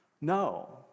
No